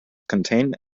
contain